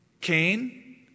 Cain